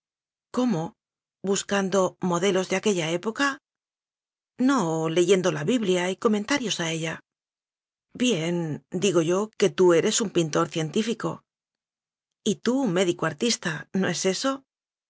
cómo buscando modelos de aquella época no leyendo la biblia y comentarios a ella bien digo yo que tú eres un pintor cien tífico y tú un médico artista no es eso